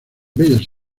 bellas